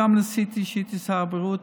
כשהייתי שר הבריאות,